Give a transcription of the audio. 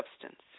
substance